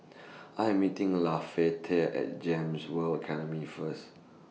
I Am meeting Lafayette At Gems World Academy First